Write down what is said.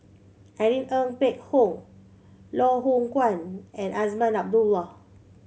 Irene Ng Phek Hoong Loh Hoong Kwan and Azman Abdullah